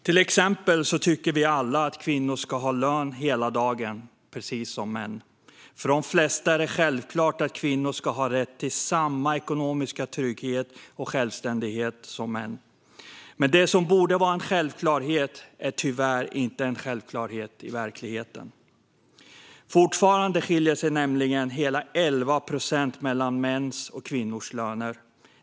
Till exempel tycker alla att kvinnor ska ha lön hela dagen, precis som män. För de flesta är det självklart att kvinnor ska ha rätt till samma ekonomiska trygghet och självständighet som män. Men det som framstår som en självklarhet är tyvärr inte en självklarhet i verkligheten. Det skiljer nämligen fortfarande hela 11 procent mellan mäns och kvinnors löner.